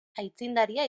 aitzindaria